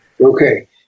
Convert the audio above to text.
Okay